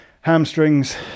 hamstrings